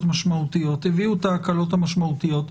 משמעותיות והם הביאו את ההקלות המשמעותיות.